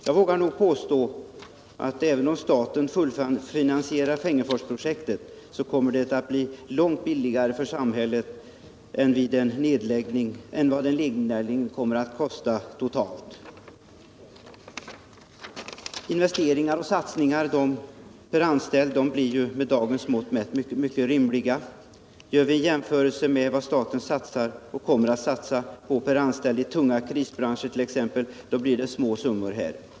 Jag vågar nog påstå att även om staten fullfinansierar Fengersforsprojektet så kommer det att bli långt billigare för samhället än vad en nedläggning totalt kommer att kosta. Investeringarna per anställd blir med dagens mått mätt mycket rimliga. Om vi gör en jämförelse med vad staten satsar och kommer att satsa per anställd i tunga krisbranscher blir det här fråga om små summor.